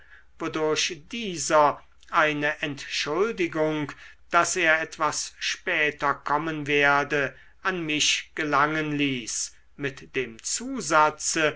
wodurch dieser eine entschuldigung daß er etwas später kommen werde an mich gelangen ließ mit dem zusatze